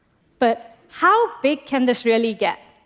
but how big can this really get?